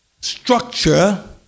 Structure